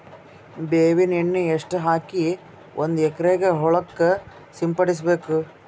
ಬೇವಿನ ಎಣ್ಣೆ ಎಷ್ಟು ಹಾಕಿ ಒಂದ ಎಕರೆಗೆ ಹೊಳಕ್ಕ ಸಿಂಪಡಸಬೇಕು?